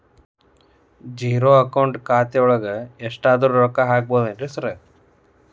Zero account ಖಾತ್ಯಾಗ ಎಷ್ಟಾದ್ರೂ ರೊಕ್ಕ ಹಾಕ್ಬೋದೇನ್ರಿ ಸಾರ್?